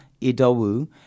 Idowu